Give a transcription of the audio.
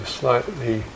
slightly